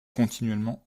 continuellement